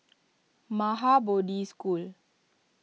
Maha Bodhi School